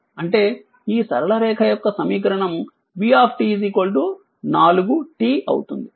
అంటే ఈ సరళ రేఖ యొక్క సమీకరణం v 4t అవుతుంది